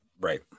Right